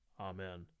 amen